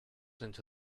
into